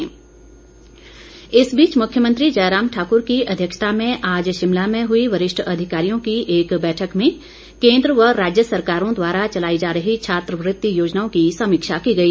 छात्रवृत्ति मामला इस बीच मुख्यमंत्री जयराम ठाक्र की अध्यक्षता में आज शिमला में हुई वरिष्ठ अधिकारियों की एक बैठक में केन्द्र व राज्य सरकारों द्वारा चलाई जा रही छात्रवृत्ति योजनाओं की समीक्षा की गई